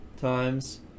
times